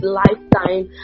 lifetime